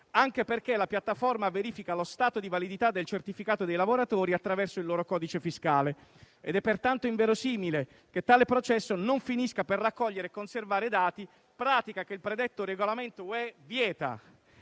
anche perché la piattaforma verifica lo stato di validità del certificato dei lavoratori attraverso il loro "codice fiscale", ed è pertanto inverosimile che tale processo non finisca per raccogliere e conservare dati, pratica che il predetto Regolamento UE vieta.